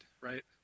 right